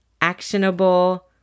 Actionable